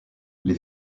les